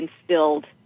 instilled